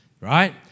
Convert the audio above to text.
Right